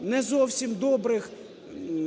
не зовсім добрих